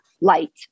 light